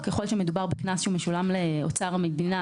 ככל שמדובר בקנס שמשולם לאוצר המדינה,